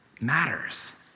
matters